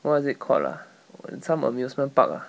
what is it called lah some amusement park ah